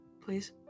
please